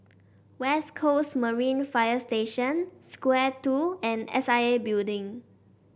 West Coast Marine Fire Station Square Two and S I A Building